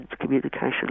communication